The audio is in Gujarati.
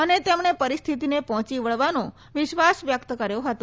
અને તેમણે પરિસ્થતીને પહોંચી વળવાનો વિશ્વાસ વ્યક્ત કર્યો હતો